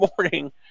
morning